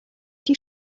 die